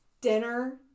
Dinner